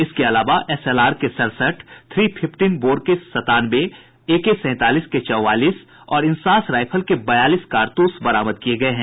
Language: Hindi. इसके अलावा एसएलआर के सड़सठ थ्री फिफ्टीन बोर के सतानवे और एके सैंतालीस के चौवालीस और इंसास राइफल के बयालीस कारतूस बरामद किये गये हैं